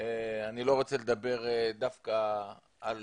אני לא רוצה לדבר דווקא על